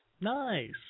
nice